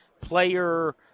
player